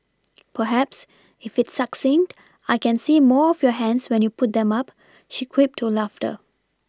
perhaps if it's succinct I can see more of your hands when you put them up she quipped to laughter